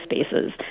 spaces